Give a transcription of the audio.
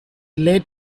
led